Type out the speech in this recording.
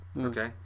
Okay